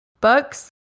books